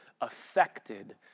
affected